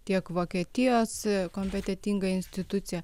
tiek vokietijos kompetetinga institucija